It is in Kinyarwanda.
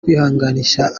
kwihanganisha